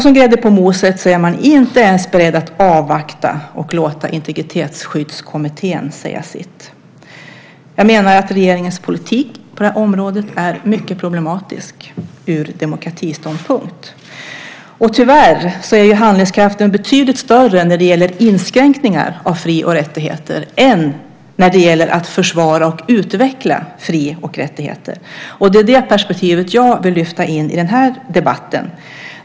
Som grädde på moset är man inte ens beredd att avvakta och låta Integritetsskyddskommittén säga sitt. Jag menar att regeringens politik på området är mycket problematisk ur demokratisynpunkt. Tyvärr är handlingskraften betydligt större när det gäller inskränkningar av fri och rättigheter än när det gäller att försvara och utveckla fri och rättigheter. Det är det perspektivet som jag vill lyfta in i debatten.